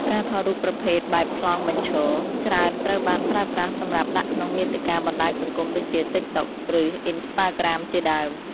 ការថតរូបប្រភេទបែបប្លង់បញ្ឈរ ច្រើនត្រូវបានប្រើប្រាស់សម្រាប់ដាក់ក្នុងមាតិកាបណ្ដាញសង្គមដូចជា តិក តុក ឬ អុីនស្តាក្រាម ជាដើម។